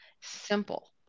simple